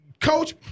Coach